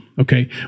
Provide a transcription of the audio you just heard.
Okay